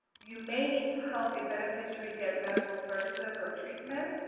you may need to help a beneficiary get medical services or treatment.